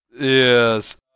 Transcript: Yes